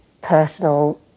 personal